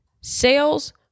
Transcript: sales